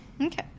Okay